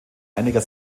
einiger